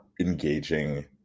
engaging